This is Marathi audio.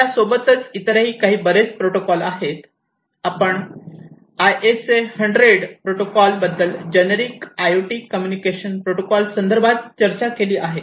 त्यासोबतच इतरही ही बरेच प्रोटोकॉल आहे आपण ISA 100 प्रोटोकॉल बद्दल generic I O T communication protocol संदर्भात चर्चा केली आहे